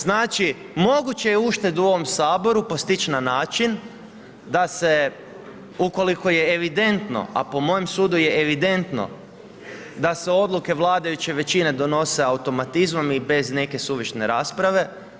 Znači, moguće je uštedu u ovom Saboru postići na način da se ukoliko je evidentno, a po mojem sudu je evidentno da se odluke vladajuće većine donose automatizmom i bez neke suvišne rasprave.